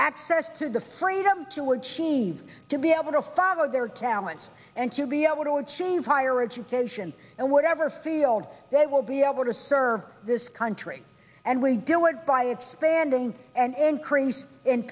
access to the freedom to achieve to be able to follow their talents and to be able to achieve higher education and whatever field they will be able to serve this country and we do it by expanding and increase in